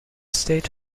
state